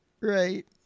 right